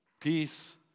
peace